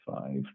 five